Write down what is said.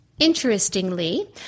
Interestingly